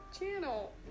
channel